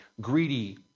greedy